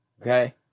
Okay